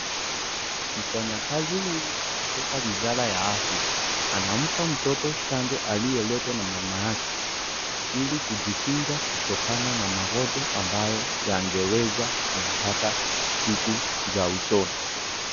Mfanyakazi huyu kutoka wizara ya afya anampa mtoto chanjo aliyeletwa na mamake hili kujikinga kutokana na magonjwa ambayo yangeweza kumpata siko za usoni.